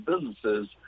businesses